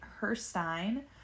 Herstein